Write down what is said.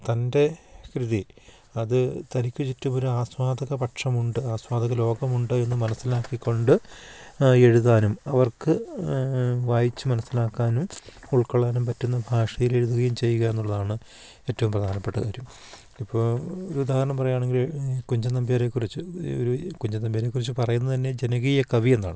തൻ്റെ കൃതി അത് തനിക്ക് ചുറ്റും ഒരു ആസ്വാദക പക്ഷമുണ്ട് ആസ്വാദക ലോകമുണ്ട് എന്ന് മനസ്സിലാക്കി കൊണ്ട് എഴുതാനും അവർക്ക് വായിച്ചു മനസ്സിലാക്കാനും ഉൾക്കൊള്ളാനും പറ്റുന്ന ഭാഷയിൽ എഴുതുകയും ചെയ്യുക എന്നുള്ളതാണ് ഏറ്റവും പ്രധാനപ്പെട്ട കാര്യം ഇപ്പം ഒരു ഉദാഹരണം പറയുകയാണെങ്കിൽ കുഞ്ചൻ നമ്പ്യാരെ കുറിച്ചു ഒരു കുഞ്ചൻ നമ്പ്യാരെ കുറിച്ച് പറയുന്നത് തന്നെ ജനകീയ കവി എന്നാണ്